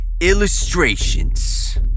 Illustrations